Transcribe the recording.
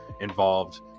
involved